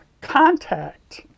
contact